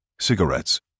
cigarettes